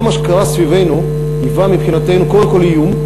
כל מה שקרה סביבנו היווה מבחינתנו קודם כול איום,